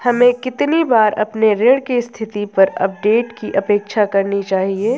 हमें कितनी बार अपने ऋण की स्थिति पर अपडेट की अपेक्षा करनी चाहिए?